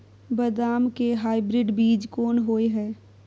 बदाम के हाइब्रिड बीज कोन होय है?